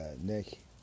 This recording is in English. Nick